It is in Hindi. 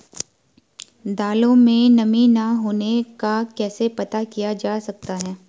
दालों में नमी न होने का कैसे पता किया जा सकता है?